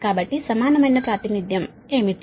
కాబట్టి సమానమైన ప్రాతినిధ్యం ఏమిటి